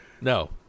No